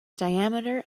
diameter